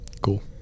cool